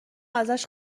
ازش